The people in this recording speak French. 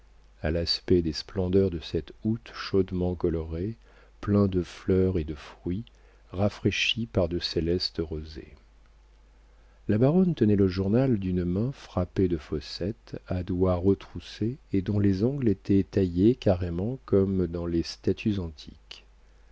à l'aspect des splendeurs de cet août chaudement coloré plein de fleurs et de fruits rafraîchi par de célestes rosées la baronne tenait le journal d'une main frappée de fossettes à doigts retroussés et dont les ongles étaient taillés carrément comme dans les statues antiques